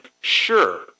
sure